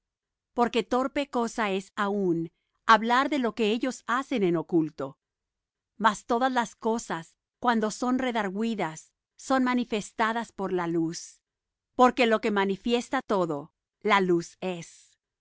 porque torpe cosa es aun hablar de lo que ellos hacen en oculto mas todas las cosas cuando son redargüidas son manifestadas por la luz porque lo que manifiesta todo la luz es